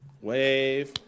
wave